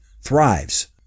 thrives